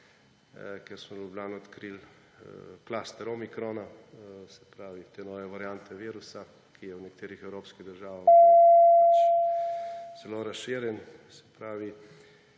ker smo v Ljubljani odkrili cluster omikrona, se pravi te nove variante virusa, ki je v nekaterih evropskih država že zelo razširjen. Dosegamo